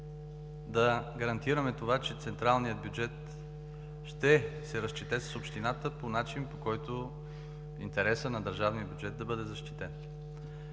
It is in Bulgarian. да гарантираме, че централният бюджет ще се разчете с общината по начин, по който интересът на държавния бюджет да бъде защитен.